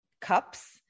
cups